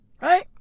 Right